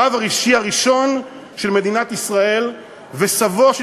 הרב הראשי הראשון של מדינת ישראל וסבו של